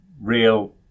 real